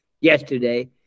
yesterday